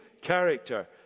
character